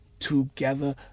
together